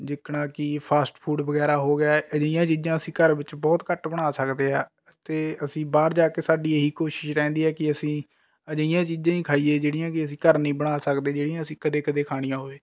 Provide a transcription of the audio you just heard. ਜਿਕਣਾ ਕਿ fast food ਵਗੈਰਾ ਹੋ ਗਿਆ ਅਜਿਹੀਆਂ ਚੀਜ਼ਾਂ ਅਸੀਂ ਘਰ ਵਿੱਚ ਬਹੁਤ ਘੱਟ ਬਣਾ ਸਕਦੇ ਹਾਂ ਅਤੇ ਅਸੀਂ ਬਾਹਰ ਜਾ ਕੇ ਸਾਡੀ ਇਹ ਹੀ ਕੋਸ਼ਿਸ਼ ਰਹਿੰਦੀ ਹੈ ਕਿ ਅਸੀਂ ਅਜਿਹੀਆਂ ਚੀਜ਼ਾਂ ਹੀ ਖਾਈਏ ਜਿਹੜੀਆਂ ਕਿ ਅਸੀਂ ਘਰ ਨਹੀਂ ਬਣਾ ਸਕਦੇ ਜਿਹੜੀਆਂ ਅਸੀਂ ਕਦੇ ਕਦੇ ਖਾਣੀਆ ਹੋਵੇ